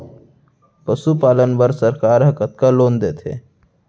पशुपालन बर सरकार ह कतना लोन देथे?